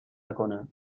نکنه